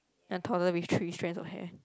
a toddler with three strands of hair